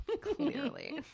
Clearly